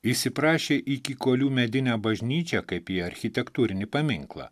įsiprašė į kykolių medinę bažnyčią kaip į architektūrinį paminklą